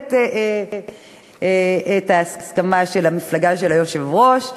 באמת ההסכמה של המפלגה של היושב-ראש,